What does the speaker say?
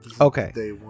okay